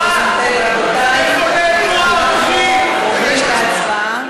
אין להם מושג מה זו יושרה.